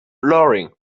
blaring